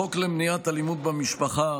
החוק למניעת אלימות במשפחה